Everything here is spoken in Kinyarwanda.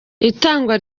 itangwa